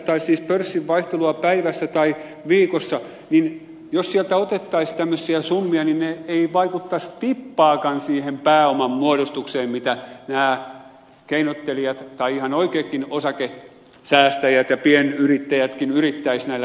kun katsoo pörssin vaihtelua päivässä tai viikossa niin jos sieltä otettaisiin tämmöisiä summia niin ne eivät vaikuttaisi tippaakaan siihen pääoman muodostukseen mitä nämä keinottelijat tai ihan oikeatkin osakesäästäjät ja pienyrittäjätkin yrittäisivät näillä jutuillaan